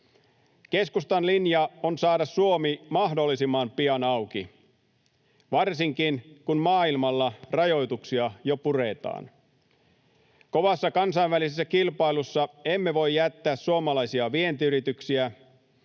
Keskustan linja on saada Suomi mahdollisimman pian auki, varsinkin, kun maailmalla rajoituksia jo puretaan. Kovassa kansainvälisessä kilpailussa emme voi jättää suomalaisia vientiyrityksiä,